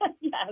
Yes